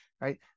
right